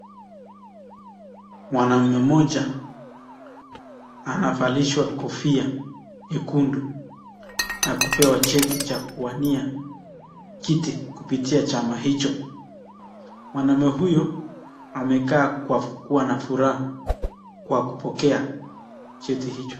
Mwanaume mmoja anavalishwa kofia nyekundu na kupewa cheti cha kuwania kiti kupitia chama hicho. Mwanaume huyo amekaa kwa kuwa na furaha kwa kupokea cheti hicho.